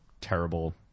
terrible